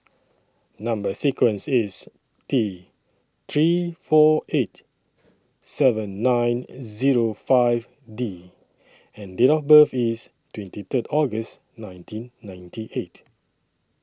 Number sequence IS T three four eight seven nine Zero five D and Date of birth IS twenty Third August nineteen ninety eight